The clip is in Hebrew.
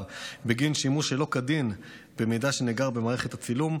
בגין שימוש שלא כדין במידע שנאגר במערכת הצילום.